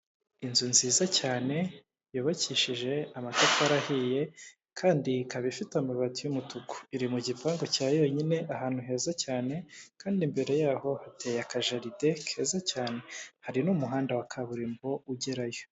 Inzu nziza cyane yubakishije amatafari ahiye, kandi ikaba ifite amabati y'umutuku. Iri mu gipangu cya yonyine ahantu heza cyane kandi imbere yaho hateye aka jaride keza cyane hari n'umuhanda wa kaburimbo ugerayo.